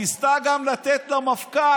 היא ניסתה גם לתת למפכ"ל,